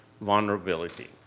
vulnerability